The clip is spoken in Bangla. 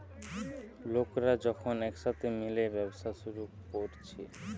লোকরা যখন একসাথে মিলে ব্যবসা শুরু কোরছে